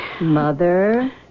Mother